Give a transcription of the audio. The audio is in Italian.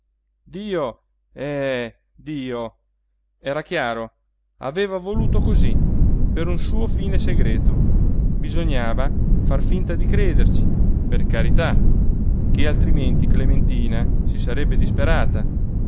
dio eh dio era chiaro aveva voluto cosí per un suo fine segreto bisognava far finta di crederci per carità ché altrimenti clementina si sarebbe disperata